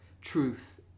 truth